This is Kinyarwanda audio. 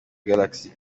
galaxy